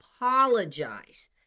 apologize